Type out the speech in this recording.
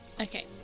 Okay